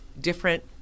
different